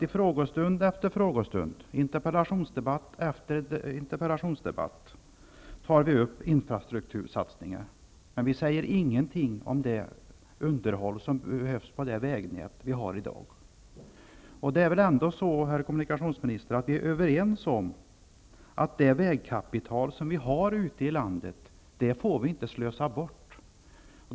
I frågestund efter frågestund och interpellationsdebatt efter interpellationsdebatt tas frågan om infrastruktursatsningar upp. Men ingenting sägs om det underhåll som behövs på det vägnät som finns i dag. Men vi är väl ändå överens om, herr kommunikationsminister, att det vägkapital som finns ute i landet inte skall slösas bort.